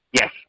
Yes